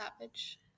savage